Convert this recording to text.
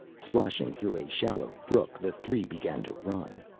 splashing through a shallow brook, the three began to run.